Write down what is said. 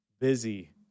Busy